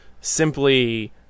simply